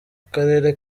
karere